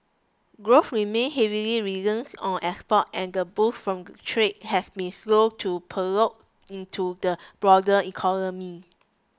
growth remain heavily reliant on exports and the boost from trade has been slow to percolate into the broader economy